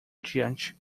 diante